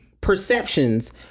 perceptions